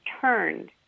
turned